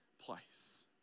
place